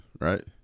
right